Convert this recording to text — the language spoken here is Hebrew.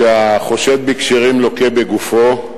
שהחושד בכשרים לוקה בגופו,